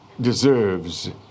deserves